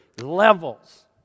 Levels